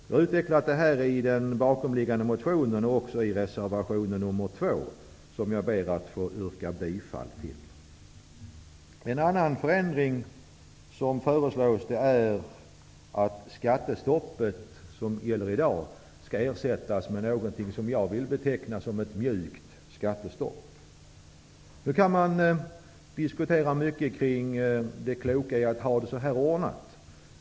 Vi har utvecklat detta i den bakomliggande motionen och i reservation nr 2. Jag ber att få yrka bifall till den. En annan förändring som föreslås är att det skattestopp som gäller i dag skall ersättas med något som jag vill beteckna som ett mjukt skattestopp. Man kan diskutera mycket kring det kloka i att ha det ordnat så här.